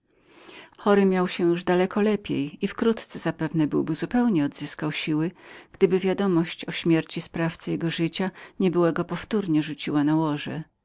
chory miał się już daleko lepiej i wkrótce zapewne byłby zupełnie odzyskał siły gdyby odebrana wiadomość o śmierci sprawcy jego życia nie była go powtornie rzuciła